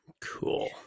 Cool